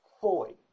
fully